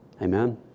Amen